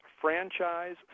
franchise